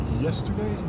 yesterday